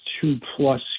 two-plus